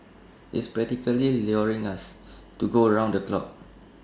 it's practically luring us to go round the clock